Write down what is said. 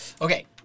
Okay